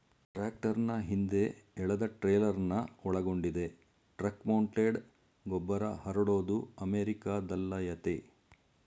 ಟ್ರಾಕ್ಟರ್ನ ಹಿಂದೆ ಎಳೆದಟ್ರೇಲರ್ನ ಒಳಗೊಂಡಿದೆ ಟ್ರಕ್ಮೌಂಟೆಡ್ ಗೊಬ್ಬರಹರಡೋದು ಅಮೆರಿಕಾದಲ್ಲಯತೆ